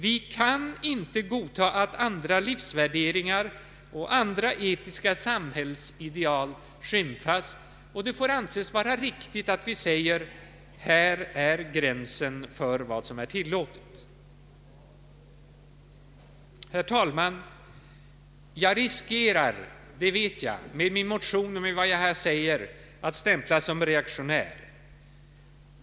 Vi kan inte godta att andra livsvärderingar och andra etiska samhällsideal skymfas. Det får anses vara riktigt att vi säger: Här är gränsen för vad som är tillåtet. Herr talman! Jag riskerar med min motion och med vad jag här säger att stämplas såsom reaktionär.